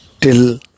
till